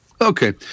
Okay